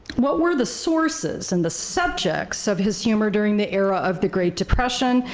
what were the sources and the subjects of his humor during the era of the great depression,